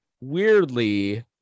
weirdly